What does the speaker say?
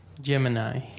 Gemini